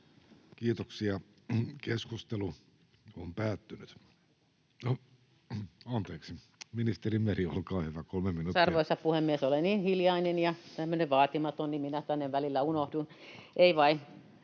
Kiitoksia. — Keskustelu on päättynyt... — Anteeksi, ministeri Meri, olkaa hyvä, kolme minuuttia. Kiitos, arvoisa puhemies! Olen niin hiljainen ja tämmöinen vaatimaton, niin että minä tänne välillä unohdun.